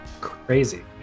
Crazy